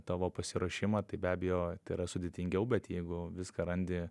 tavo pasiruošimą tai be abejo tai yra sudėtingiau bet jeigu viską randi